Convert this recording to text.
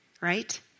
right